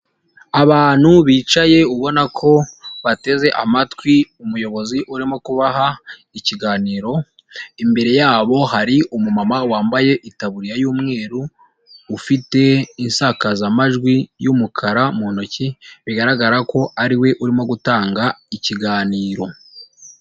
Abantu bicaye ubona ko bateze amatwi umuyobozi urimo kubaha ikiganiro imbere yabo hari umumama wambaye itaburiya y'umweru ufite isakazamajwi y yumukara mu ntoki bigaragara ko ariwe urimo gutanga ikiganiro.